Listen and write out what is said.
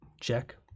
Check